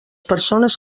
persones